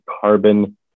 carbon